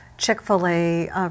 Chick-fil-A